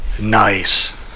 nice